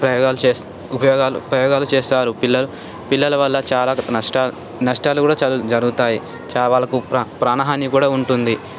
ప్రయోగాలు చేస్తూ ఉపయోగాలు ప్రయోగాలు చేస్తారు పిల్లలు పిల్లల వల్ల చాలా నష్టాలు కూడా జరుగుతాయి వాళ్ళకు ప్రాణహాని కూడా ఉంటుంది